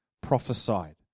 prophesied